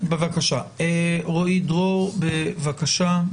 רועי דרור, בבקשה.